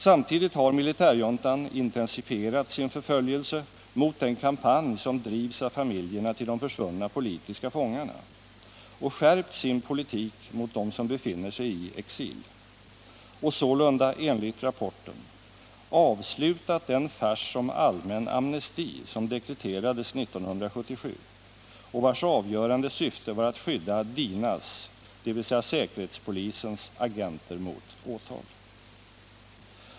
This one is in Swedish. Samtidigt har militärjuntan intensifierat sin förföljelse mot den kampanj som bedrivs av familjerna till de försvunna politiska fångarna och skärpt sin politik mot dem som befinner sig i exil, och sålunda, enligt rapporten, ”avslutat den fars om allmän amnesti som dekreterades 1977 och vars avgörande syfte var att skydda DINA:s, dvs. säkerhetspolisens, agenter mot åtal”.